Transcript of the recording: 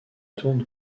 tourne